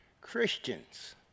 Christians